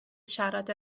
siarad